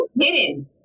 hidden